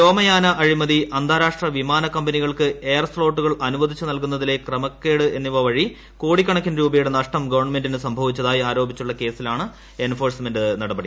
വ്യോമയാന അഴിമതി അന്താരാഷ്ട്ര വിമാനക്കമ്പനികൾക്ക് എയർ സ്ലോട്ടുകൾ അനുവദിച്ച് നൽകുന്നതിലെ ക്രമക്കേട് എന്നിവ വഴി കോടിക്കണക്കിന് രൂപയുടെ നഷ്ടം ഗവൺമെന്റിന് സംഭവിച്ചതായി ആരോപിച്ചുള്ള കേസിലാണ് എൻഫോഴ്സ്മെന്റ് നടപടി